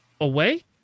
away